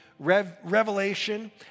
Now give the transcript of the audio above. revelation